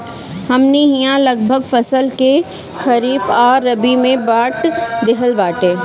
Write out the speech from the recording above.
हमनी इहाँ लगभग फसल के खरीफ आ रबी में बाँट देहल बाटे